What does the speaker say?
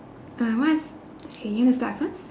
uh what's okay you want to start first